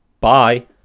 Bye